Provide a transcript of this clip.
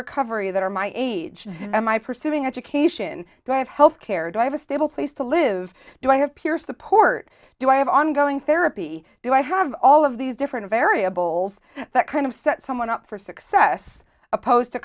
recovery that are my age my pursuing education do i have health care do i have a stable place to live do i have peer support do i have ongoing therapy do i have all of these different variables that kind of set someone up for success opposed to